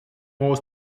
more